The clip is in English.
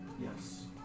Yes